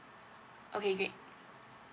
okay great